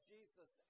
Jesus